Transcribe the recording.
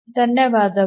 ಧನ್ಯವಾದಗಳು